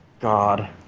God